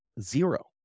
Zero